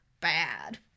bad